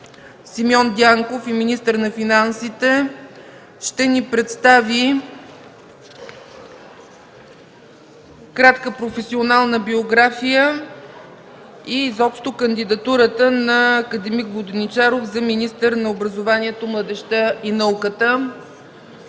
Симеон Дянков ще ни представи кратка професионална биография и изобщо кандидатурата на акад. Воденичаров за министър на образованието, младежта и науката.